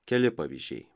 keli pavyzdžiai